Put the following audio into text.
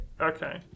Okay